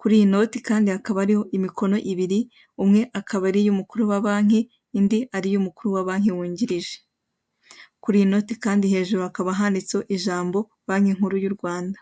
kuri iyi noti kandi hakaba hariho imikono ibiri: umwe akaba ari iy'umukuru wa banki indi ari iy'umukuru wa banki wungirije, kuri iyi noti Kandi hejuru hakaba handitseho ijambo banki nkuri y'U Rwanda.